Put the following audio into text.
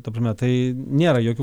ta prasme tai nėra jokių